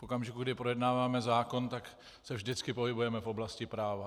V okamžiku, kdy projednáváme zákon, tak se vždycky pohybujeme v oblasti práva.